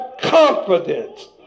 confidence